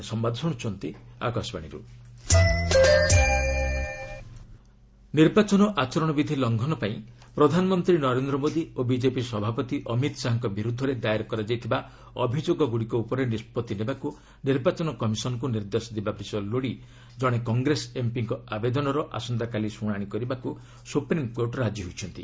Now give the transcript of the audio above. SC model code ନିର୍ବାଚନ ଆଚରଣ ବିଧି ଲଙ୍ଘନ ପାଇଁ ପ୍ରଧାନମନ୍ତ୍ରୀ ନରେନ୍ଦ୍ର ମୋଦି ଓ ବିଜେପି ସଭାପତି ଅମିତ୍ ଶାହାଙ୍କ ବିର୍ଦ୍ଧରେ ଦାଏର କରାଯାଇଥିବା ଅଭିଯୋଗଗୁଡ଼ିକ ଉପରେ ନିଷ୍ପଭି ନେବାକୁ ନିର୍ବାଚନ କମିଶନ୍ଙ୍କୁ ନିର୍ଦ୍ଦେଶ ଦେବା ବିଷୟ ଲୋଡ଼ି କଣେ କଂଗ୍ରେସ ଏମ୍ପିଙ୍କ ଆବଦେନର ଆସନ୍ତାକାଲି ଶୁଣାଣି କରିବାକୁ ସୁପ୍ରିମ୍କୋର୍ଟ ରାଜି ହୋଇଛନ୍ତି